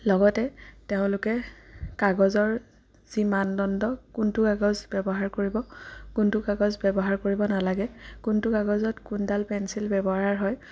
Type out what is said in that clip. লগতে তেওঁলোকে কাগজৰ যি মানদণ্ড কোনটো কাগজ ব্যৱহাৰ কৰিব কোনটো কাগজ ব্যৱহাৰ কৰিব নালাগে কোনটো কাগজত কোনডাল পেঞ্চিল ব্যৱহাৰ হয়